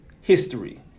history